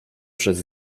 przez